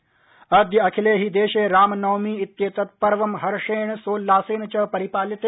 रामनवमी अद्य अखिले हि देशे रामनवमी इत्येद् पवं हर्षेण सोल्लासेन च परिपाल्यते